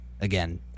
again